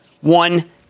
One